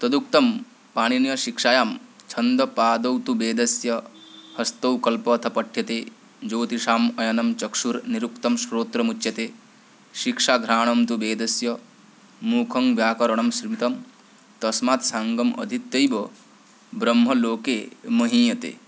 तदुक्तं पाणिनीयशिक्षायां छन्दः पादौ तु वेदस्य हस्तौ कल्पोऽथ पठ्यते ज्योतिषाम् अयनं चक्षुर्निरुक्तं श्रोत्रमुच्यते शिक्षा घ्राणं तु वेदस्य मुखं व्याकरणं स्मृतं तस्मात् साङ्गम् अधीत्यैव ब्रह्मलोके महीयते